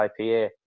IPA